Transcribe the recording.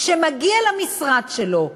שמגיע למשרד שלו,